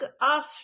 off